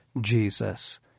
Jesus